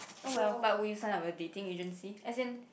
oh well but would you sign up a dating agency as in